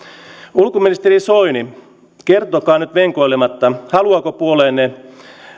ulkoministeri soini kertokaa nyt venkoilematta haluaako puolueenne